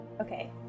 Okay